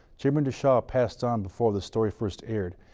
chairman deschampe passed on before the story first aired.